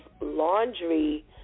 laundry